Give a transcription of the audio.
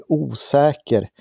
osäker